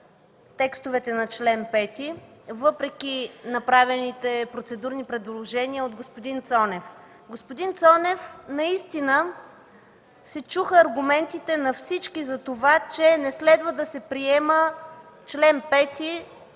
текстовете на чл. 5, въпреки направените процедурни предложения от господин Цонев. Господин Цонев, наистина се чуха аргументите на всички за това, че не следва да се приема